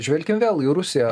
žvelkim vėl į rusiją